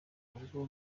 ubwo